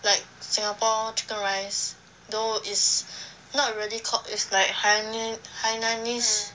like singapore chicken rice though is not really called is like hainee~ hainanese